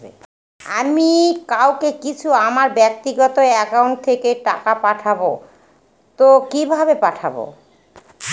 আমি কাউকে কিছু আমার ব্যাক্তিগত একাউন্ট থেকে টাকা পাঠাবো তো কিভাবে পাঠাবো?